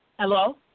Hello